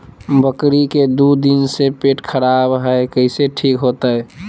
बकरी के दू दिन से पेट खराब है, कैसे ठीक होतैय?